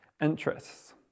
interests